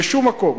בשום מקום.